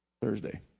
Thursday